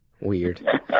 Weird